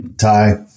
Ty